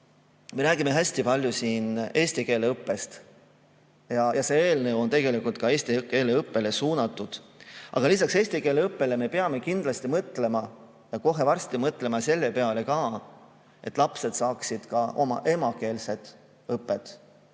Me räägime siin hästi palju eesti keele õppest ja see eelnõu on tegelikult ka eesti keele õppele suunatud. Aga lisaks eesti keele õppele me peame kindlasti mõtlema, ja kohe varsti mõtlema, selle peale, et lapsed saaksid ka oma emakeelset õpet,